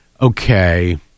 okay